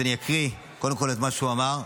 אני אקרא קודם את מה שהוא אמר,